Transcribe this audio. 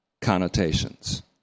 connotations